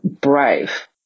brave